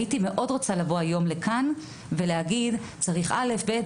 הייתי מאוד רוצה לבוא לכאן היום ולהגיד צריך א'-ב',